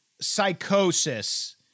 psychosis